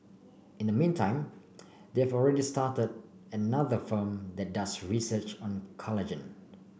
in the meantime they have already started another firm that does research on collagen